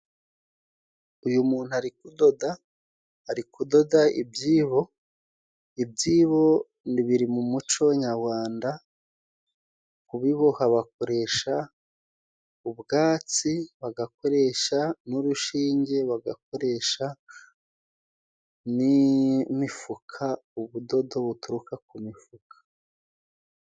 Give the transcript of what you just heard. Uyu muntu ari kudoda ari kudoda ibyibo, ibyibo biri mu muco nyarwanda kubiboha bakoresha ubwatsi, bagakoresha n'urushinge ,bagakoresha n'imifuka ,ubudodo buturuka ku mifuka.